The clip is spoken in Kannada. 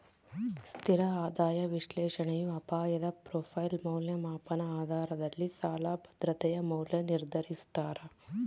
ಸ್ಥಿರ ಆದಾಯ ವಿಶ್ಲೇಷಣೆಯು ಅಪಾಯದ ಪ್ರೊಫೈಲ್ ಮೌಲ್ಯಮಾಪನ ಆಧಾರದಲ್ಲಿ ಸಾಲ ಭದ್ರತೆಯ ಮೌಲ್ಯ ನಿರ್ಧರಿಸ್ತಾರ